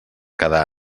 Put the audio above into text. cada